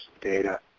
data